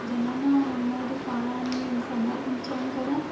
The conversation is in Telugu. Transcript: జనన నమోదు ఫారాన్ని సమర్పించాం కదా